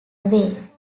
away